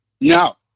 No